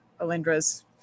Alindra's